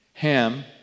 Ham